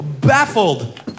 baffled